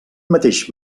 mateix